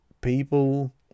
people